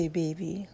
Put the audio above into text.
baby